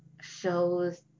shows